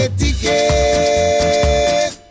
ticket